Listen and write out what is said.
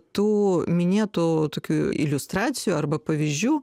tų minėtų tokių iliustracijų arba pavyzdžių